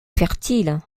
fertile